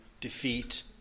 defeat